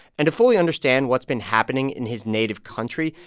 and to fully understand what's been happening in his native country,